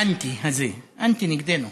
והאנטי הזה, אנטי נגדנו.